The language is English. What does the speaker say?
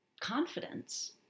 confidence